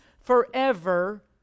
forever